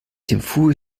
thimphu